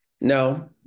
No